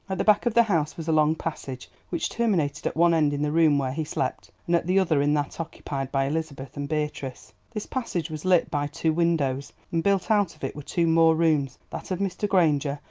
at the back of the house was a long passage, which terminated at one end in the room where he slept, and at the other in that occupied by elizabeth and beatrice. this passage was lit by two windows, and built out of it were two more rooms that of mr. granger,